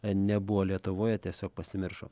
nebuvo lietuvoje tiesiog pasimiršo